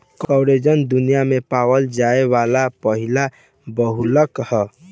collagen दुनिया में पावल जाये वाला पहिला बहुलक ह